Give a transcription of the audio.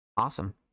Awesome